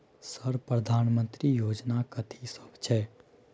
Sir प्रधानमंत्री योजना कथि सब छै?